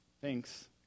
Thanks